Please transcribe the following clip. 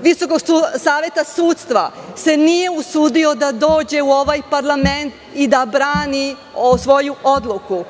Visokog saveta sudstva se nije usudio da dođe u ovaj parlament i da brani svoju odluku?